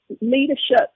leadership